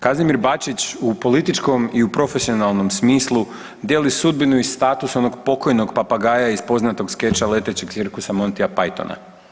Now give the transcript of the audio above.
Kazimir Bačić u političkom i u profesionalnom smislu dijeli sudbinu i status onog pokojnog papagaja iz poznatog skeča Letećeg cirkusa Montya Pythona.